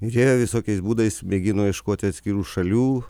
ir jie visokiais būdais mėgino ieškoti atskirų šalių